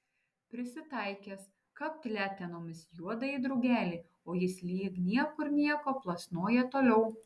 prisitaikęs kapt letenomis juodąjį drugelį o jis lyg niekur nieko plasnoja toliau